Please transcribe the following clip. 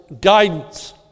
guidance